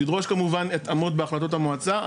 זה ידרוש כמובן התאמות בהחלטות המועצה,